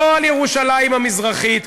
לא על ירושלים המזרחית,